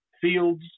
fields